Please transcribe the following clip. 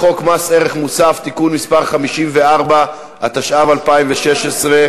שילוו אותך בשירה החוצה.